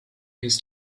his